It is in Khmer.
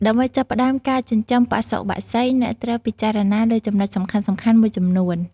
ដើម្បីចាប់ផ្ដើមការចិញ្ចឹមបសុបក្សី អ្នកត្រូវពិចារណាលើចំណុចសំខាន់ៗមួយចំនួន។